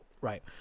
right